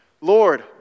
Lord